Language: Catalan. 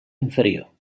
inferior